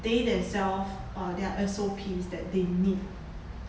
they themselves uh there are S_O_P's that they need